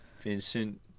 Vincent